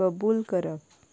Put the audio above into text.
कबूल करप